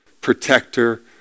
protector